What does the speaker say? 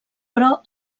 però